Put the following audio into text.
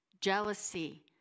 jealousy